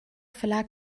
verlag